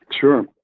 Sure